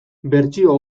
bertsio